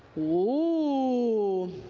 whoo.